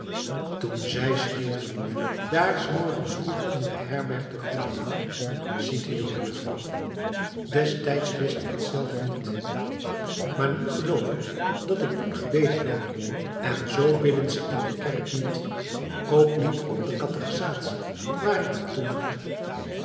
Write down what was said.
toen zij stierf daar s morgens vroeg in de herberg te groenendaal ziet u jongejuffrouw destijds wist ik het zelf niet maar nu geloof ik dat ik toen gebeden heb en z bidden ze in de kerk niet ook niet op de catechisatie waar ik naar toe moet